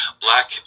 black